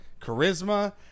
charisma